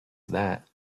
that